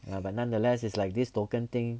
ya but nonetheless it's like this token thing